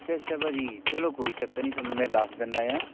ਅੱਛਾ ਅੱਛਾ ਭਾਅ ਜੀ ਚਲੋ ਕੋਈ ਚੱਕਰ ਨਹੀਂ ਤੁਹਾਨੂੰ ਮੈਂ ਦੱਸ ਦਿੰਦਾ ਏ ਆ